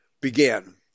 began